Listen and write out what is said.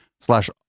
slash